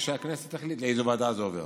והכנסת תחליט לאיזו ועדה זה עובר.